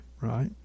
right